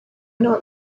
not